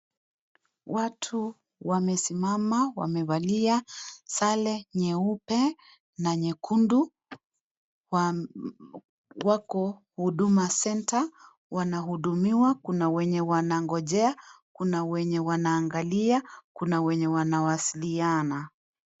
Watu wamesimama, wamevalia sare nyeupe na nyekundu ,wako Huduma center ,wanahudumiwa, kuna wenye wanangojea, kuna wenye wanaangalia, kuna wenye wanawasiliana.